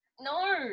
No